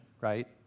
right